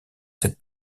cette